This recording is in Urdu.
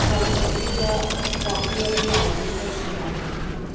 موم بتی یا راکل آئل لالٹین کا استعمال کرتی ہوں